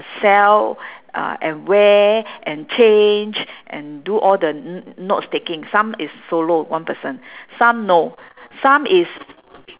sell uh and wear and change and do all the n~ notes taking some is solo one person some no some is